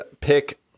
pick